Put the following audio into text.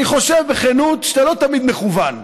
אני חושב בכנות שאתה לא תמיד מכוון,